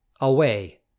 Away